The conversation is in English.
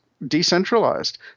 Decentralized